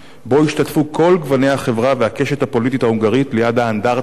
ובו השתתפו כל גוני החברה והקשת הפוליטית ההונגרית ליד האנדרטה עצמה,